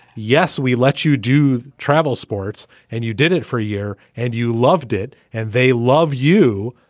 yes, we let you do travel sports and you did it for a year and you loved it and they love you.